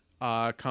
come